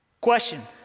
Question